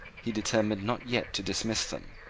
he determined not yet to dismiss them,